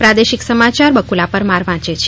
પ્રાદેશિક સમાચાર બફલા પરમાર વાંચે છે